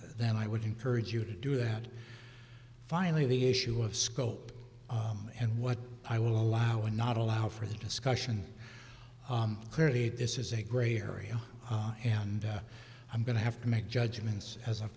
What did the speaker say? then i would encourage you to do that finally the issue of scope and what i will allow and not allow for the discussion clearly this is a gray area and i'm going to have to make judgments as